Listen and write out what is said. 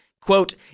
Quote